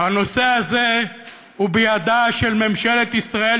הנושא הזה הוא בידה של ממשלת ישראל,